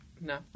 No